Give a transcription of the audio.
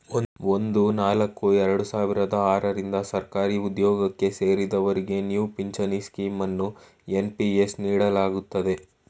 ಒಂದು ನಾಲ್ಕು ಎರಡು ಸಾವಿರದ ಆರ ರಿಂದ ಸರ್ಕಾರಿಉದ್ಯೋಗಕ್ಕೆ ಸೇರಿದವರಿಗೆ ನ್ಯೂ ಪಿಂಚನ್ ಸ್ಕೀಂ ಅನ್ನು ಎನ್.ಪಿ.ಎಸ್ ನೀಡಲಾಗುತ್ತದೆ